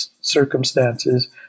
circumstances